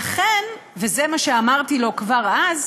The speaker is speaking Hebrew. לכן, וזה מה שאמרתי לו כבר אז: